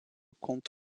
comptent